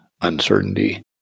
uncertainty